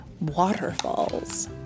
waterfalls